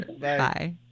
Bye